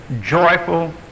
joyful